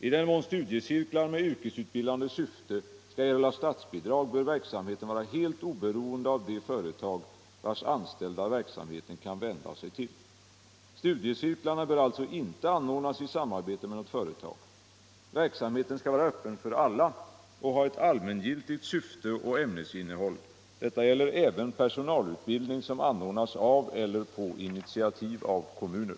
I den mån studiecirklar med yrkesutbildande syfte skall erhålla statsbidrag bör verksamheten vara helt oberoende av de företag vars anställda verksamheten kan vända sig till. Studiecirklarna bör alltså inte anordnas i samarbete med något företag. Verksamheten skall vara öppen för alla och ha ett allmängiltigt syfte och ämnesinnehåll. Detta gäller även personalutbildning som anordnas av eller på initiativ av kommuner.